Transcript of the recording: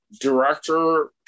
director